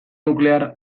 nuklear